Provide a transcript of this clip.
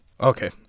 Okay